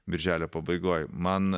birželio pabaigoj man